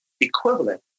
equivalent